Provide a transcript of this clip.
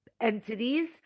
entities